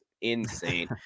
insane